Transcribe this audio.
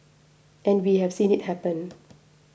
and we have seen it happen